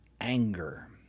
anger